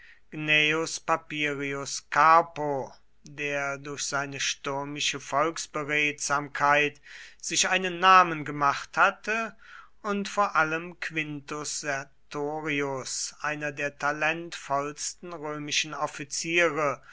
gnaeus papirius carbo der durch seine stürmische volksberedsamkeit sich einen namen gemacht hatte und vor allem quintus sertorius einer der talentvollsten römischen offiziere